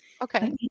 Okay